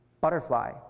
butterfly